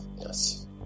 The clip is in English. yes